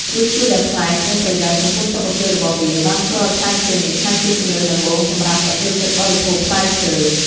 រសជាតិដ៏ប្លែក និងប្រយោជន៍ចំពោះសុខភាពរបស់វាបានធ្វើឲ្យផ្លែឈើនេះក្លាយជាជម្រើសដំបូងសម្រាប់អ្នកចូលចិត្តបរិភោគផ្លែឈើ។